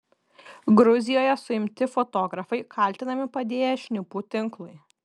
gruzijoje suimti fotografai kaltinami padėję šnipų tinklui